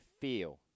feel